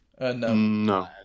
No